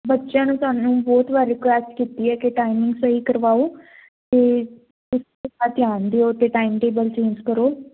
ਬੱਚਿਆਂ ਨੂੰ ਤੁਹਾਨੂੰ ਬਹੁਤ ਵਾਰੀ ਰਿਕੁਐਸਟ ਕੀਤੀ ਹ ਕਿ ਟਾਈਮ ਸਹੀ ਕਰਵਾਓ ਤੇ ਥੋੜਾ ਧਿਆਨ ਦਿਓ ਤੇ ਟਾਈਮ ਟੇਬਲ ਚੇਂਜ ਕਰੋ